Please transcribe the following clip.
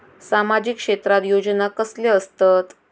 सामाजिक क्षेत्रात योजना कसले असतत?